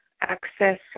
access